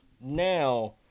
Now